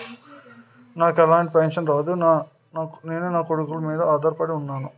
నాకు ఎలాంటి పెన్షన్ రాదు నేను నాకొడుకుల మీద ఆధార్ పడి ఉన్నాను